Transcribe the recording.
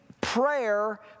Prayer